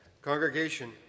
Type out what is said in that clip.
Congregation